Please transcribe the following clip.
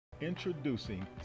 Introducing